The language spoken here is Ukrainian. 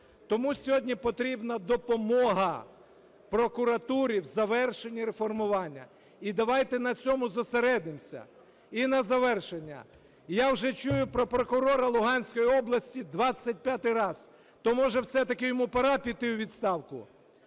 Тому сьогодні потрібна допомога прокуратури в завершенні реформування. І давайте на цьому зосередимося. І на завершення. Я вже чую про прокурора Луганської області двадцять п'ятий раз. То, може, все-таки йому пора піти у відставку?